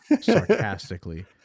sarcastically